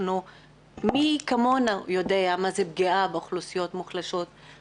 מי כמונו יודע מה זה פגיעה באוכלוסיות מוחלשות.